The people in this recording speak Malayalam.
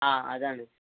ആ അതാണ്